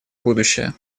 будущее